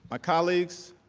ah colleagues,